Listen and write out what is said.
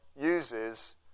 uses